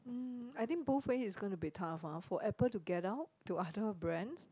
mm I think both way is gonna be tough ah for Apple to get out to other brands